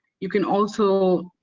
you can also